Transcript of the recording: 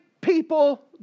people